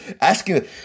asking